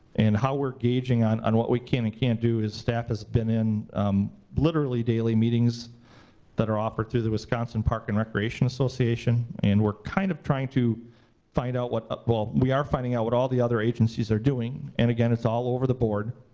and how we're gauging on on what we can and can't do, staff has been in literally daily meetings that are offered through the wisconsin park and recreation association. and we're kind of trying to find out what, well we are finding out what all the other agencies are doing. and again, it's all over the board.